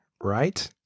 right